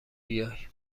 بیای